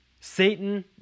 Satan